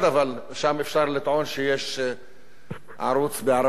אבל שם אפשר לטעון שיש ערוץ בערבית,